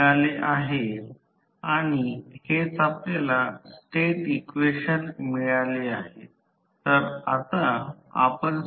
153 आणि 24 तास गुणाकार झाले तर ते 3